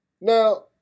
Now